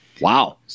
Wow